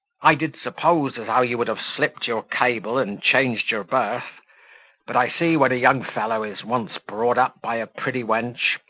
i did suppose as how you would have slipt your cable, and changed your berth but, i see, when a young fellow is once brought up by a pretty wench,